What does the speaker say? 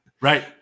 Right